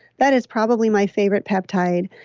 that is probably my favorite peptide.